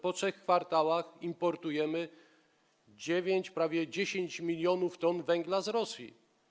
Po trzech kwartałach importujemy 9, prawie 10 mln t węgla z Rosji.